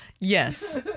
yes